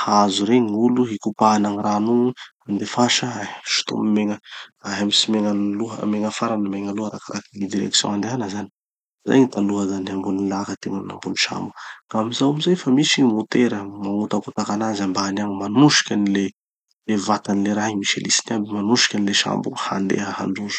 hazo regny gn'olo hikopahana gny rano igny, handefasa, sotomy megna- ahemotsy megna aloha megna afara megna aloha arakarakin'ny gny direction andehana zany. Zay gny taloha zany de ambony laka tegna na ambony sambo. Fa amizao amizay fa misy gny motera, magnotakotaky anazy ambany agny, manosiky any le le vatany, le raha igny misy elisiny aby manosiky any le sambo igny handeha handroso.